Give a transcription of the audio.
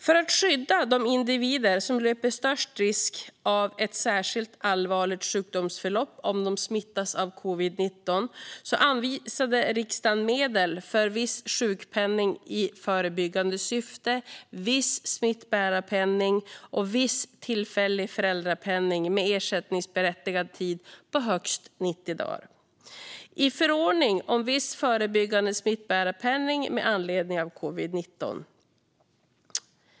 För att skydda de individer som löper störst risk att få ett särskilt allvarligt sjukdomsförlopp om de smittas av covid-19 anvisade riksdagen medel för viss sjukpenning i förebyggande syfte, viss smittbärarpenning och viss tillfällig föräldrapenning med en ersättningsberättigad tid på högst 90 dagar i förordning om viss förebyggande smittbärarpenning med anledning av covid-19.